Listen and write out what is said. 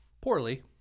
poorly